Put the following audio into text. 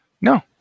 No